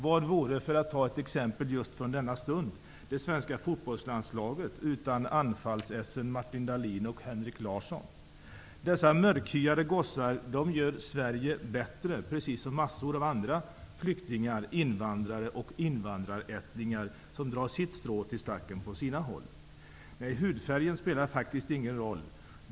Vad vore, för att ta ett exempel just från denna stund, det svenska fotbollslandslaget utan anfallsessen Martin Dahlin och Henrik Larsson? Dessa mörkhyade gossar gör Sverige bättre precis som massor av andra flyktingar, invandrare och invandrarättlingar som drar sitt strå till stacken på sina håll. Nej, hudfärgen spelar faktiskt ingen roll.